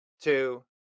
two